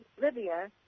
Libya